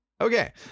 Okay